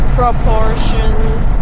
proportions